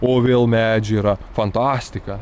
o vėl medžiai yra fantastika